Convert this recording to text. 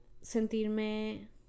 sentirme